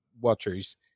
watchers